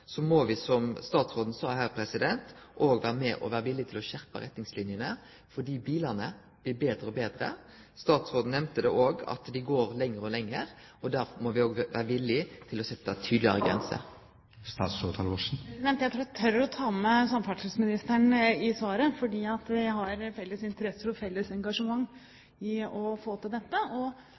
må me, som statsråden sa her, òg vere villige til å skjerpe retningslinjene, fordi bilane blir betre og betre. Statsråden nemnde òg at dei går lenger og lenger, og da må me òg vere villige til å setje tydelegare grenser. Jeg tror jeg tør å ta med meg samferdselsministeren i svaret, fordi vi har felles interesser og felles engasjement for å få til dette.